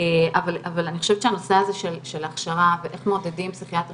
אבל אני חושבת שהנושא הזה של הכשרה ואיך מעודדים פסיכיאטרים